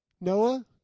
Noah